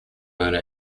owner